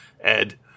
Ed